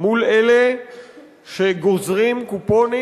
מול אלה שגוזרים קופונים